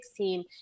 2016